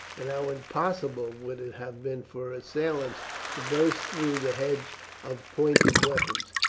and how impossible would it have been for assailants to burst through the hedge of pointed weapons.